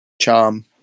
charm